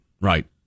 right